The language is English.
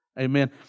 Amen